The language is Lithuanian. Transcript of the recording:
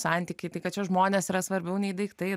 santykiai tai kad čia žmonės yra svarbiau nei daiktai